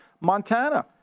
Montana